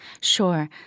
Sure